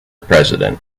president